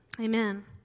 Amen